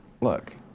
look